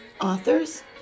authors